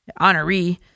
honoree